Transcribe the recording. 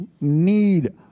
need